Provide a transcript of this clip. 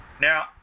Now